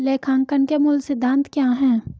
लेखांकन के मूल सिद्धांत क्या हैं?